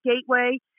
Gateway